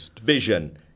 Vision